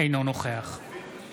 אינו נוכח אלמוג